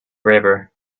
forever